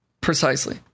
Precisely